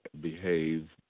behave